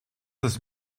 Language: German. das